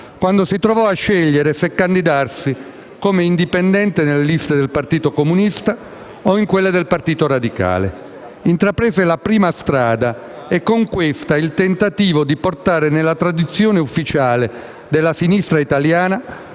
quando si trovò a scegliere se candidarsi come indipendente nelle liste del Partito Comunista Italiano o in quelle del Partito Radicale. Intraprese la prima strada e, con questa, il tentativo di portare nella tradizione ufficiale della sinistra italiana